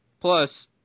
Plus